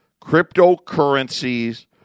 Cryptocurrencies